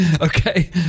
Okay